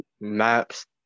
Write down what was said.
maps